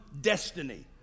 destiny